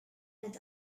and